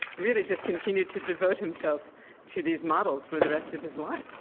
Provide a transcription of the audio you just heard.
really just continued to devote himself to these models for the rest of his life.